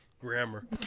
grammar